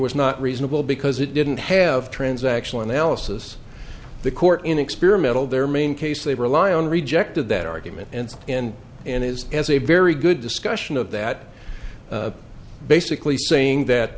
was not reasonable because it didn't have transactional analysis the court in experimental their main case they rely on rejected that argument and in and is as a very good discussion of that basically saying that